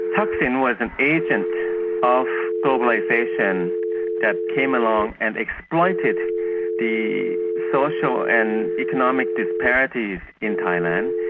thaksin was an agent of globalisation that came along and exploited the social and economic disparities in thailand.